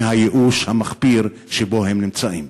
מהייאוש המחפיר שבו הם נמצאים.